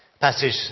passage